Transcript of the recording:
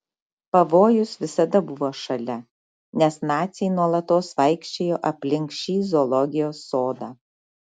pavojus visada buvo šalia nes naciai nuolatos vaikščiojo aplink šį zoologijos sodą